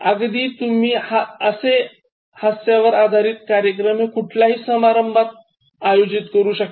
अगदी तुम्ही असे हास्यावर आधारित कार्यक्रम हे कुठल्याही समारंभात तुम्ही आयोजित करू शकता